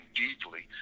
deeply